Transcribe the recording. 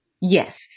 Yes